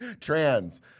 Trans